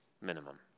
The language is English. minimum